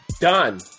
Done